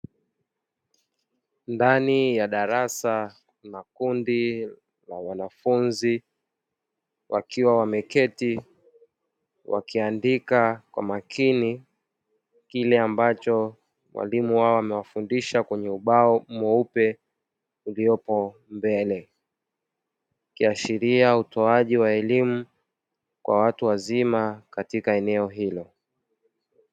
Ndani ya darasa, makundi ya wanafunzi wakiwa wameketi wakiandika kwa makini kile ambacho walimu wao wamewafundisha kwenye ubao mweupe uliopo mbele. Ikiashiria utoaji wa elimu kwa watu wazima katika eneo hilo.